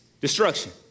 destruction